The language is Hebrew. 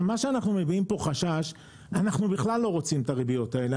אנחנו בכלל לא רוצים את הריביות האלה.